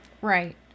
right